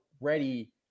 ready